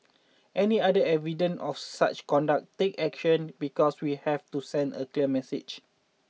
any other evident of such conduct take action because we have to send a clear message